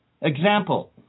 Example